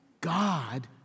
God